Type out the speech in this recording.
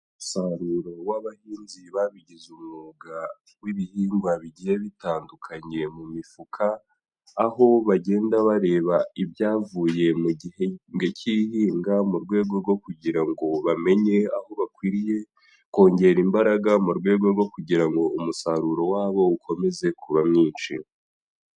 Umusaruro w'abahinzi babigize umwuga w'ibihingwa bigiye bitandukanye mu mifuka, aho bagenda bareba ibyavuye mu gihembwe cy'ihinga mu rwego rwo kugira ngo bamenye aho bakwiriye kongera imbaraga, mu rwego rwo kugira ngo umusaruro wabo ukomeze kuba mwinshi.